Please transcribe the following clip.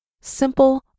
simple